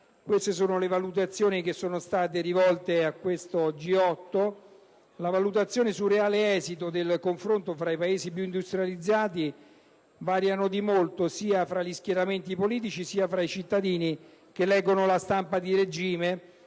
il suo articolo di commento al G8. Le valutazioni sul reale esito del confronto fra i Paesi più industrializzati variano di molto, sia fra gli schieramenti politici sia fra i cittadini che leggono la stampa di regime